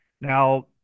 Now